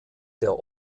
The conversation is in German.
der